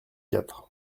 quatre